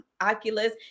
Oculus